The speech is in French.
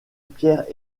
pierre